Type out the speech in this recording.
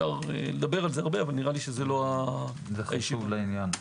זה חשוב לעניין.